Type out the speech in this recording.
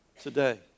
today